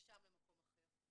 משם למקום אחר.